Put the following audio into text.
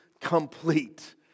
complete